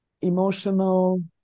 emotional